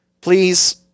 please